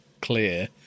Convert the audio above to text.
clear